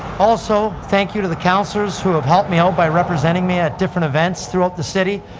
also, thank you to the councilors who have helped me out by representing me at different events throughout the city,